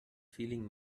feeling